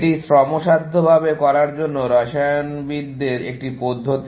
এটি শ্রমসাধ্যভাবে করার জন্য রসায়নবিদদের একটি পদ্ধতি